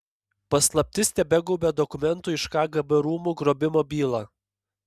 paslaptis tebegaubia dokumentų iš kgb rūmų grobimo bylą